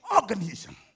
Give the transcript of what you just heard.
organism